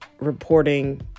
reporting